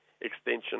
extension